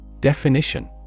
Definition